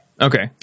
okay